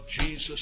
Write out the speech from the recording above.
Jesus